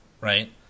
right